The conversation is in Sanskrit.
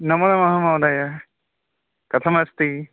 नमो नमः महोदय कथमस्ति